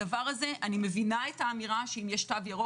אני מבינה את האמירה שאם יש תו ירוק,